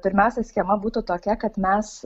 pirmiausia schema būtų tokia kad mes